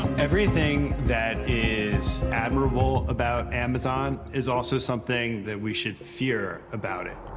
everything that is admirable about amazon is also something that we should fear about it.